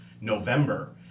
November